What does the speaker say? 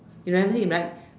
you remember him right